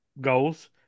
goals